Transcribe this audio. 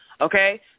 okay